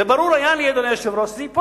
וברור היה לי, אדוני היושב-ראש, שזה ייפול.